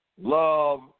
love